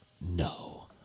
No